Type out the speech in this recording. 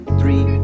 three